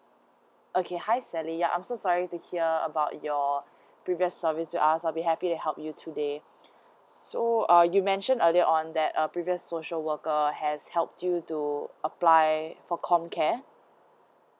okay hi sally ya I'm so sorry to hear about your previous service to us uh we happy to help you today so uh you mentioned earlier on that uh previous social worker has helped you to apply for com care